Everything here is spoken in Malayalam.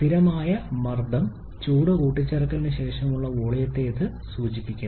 സ്ഥിരമായ മർദ്ദം ചൂട് കൂട്ടിച്ചേർക്കലിനു ശേഷമുള്ള വോളിയത്തെ ഇത് സൂചിപ്പിക്കുന്നു